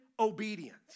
obedience